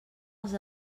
els